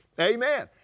Amen